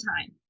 time